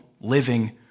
living